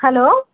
hello